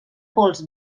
pols